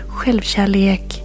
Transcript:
Självkärlek